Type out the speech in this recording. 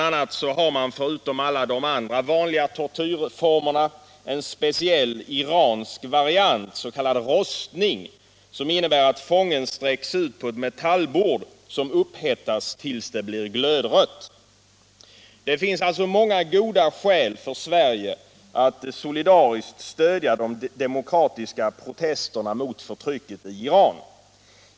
a. har man förutom alla de andra vanliga tortyrformerna en speciell iransk variant, s.k. rostning, som innebär att fången sträcks ut på ett metallbord, som upphettas tills det blir glödrött. Det finns alltså många goda skäl för Sverige att solidariskt stödja de demokratiska protesterna mot förtrycket i Iran.